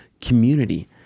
community